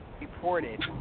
reported